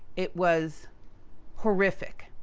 it was horrific.